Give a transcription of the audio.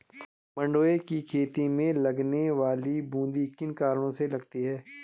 मंडुवे की खेती में लगने वाली बूंदी किन कारणों से लगती है?